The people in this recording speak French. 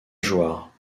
jouarre